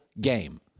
game